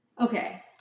Okay